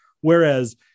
whereas